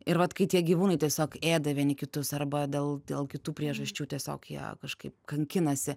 ir vat kai tie gyvūnai tiesiog ėda vieni kitus arba dėl dėl kitų priežasčių tiesiog jie kažkaip kankinasi